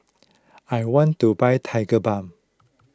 I want to buy Tigerbalm